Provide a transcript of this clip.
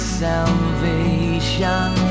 salvation